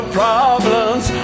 problems